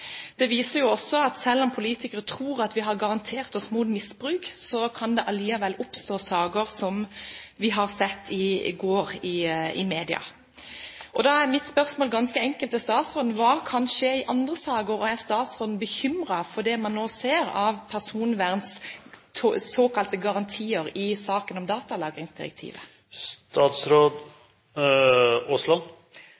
Det viser også at selv om vi politikere tror at vi har garantert oss mot misbruk, kan det allikevel oppstå saker slik som vi så i media i går. Da er ganske enkelt mine spørsmål til statsråden: Hva kan skje i andre saker? Og er statsråden bekymret for det hun nå ser med hensyn til personvernets såkalte garantier i saken om